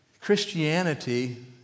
Christianity